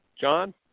John